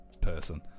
person